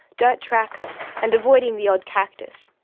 dirt tracks, and avoiding the odd cactus,